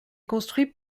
construit